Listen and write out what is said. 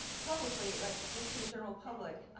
publicly like just to the general public,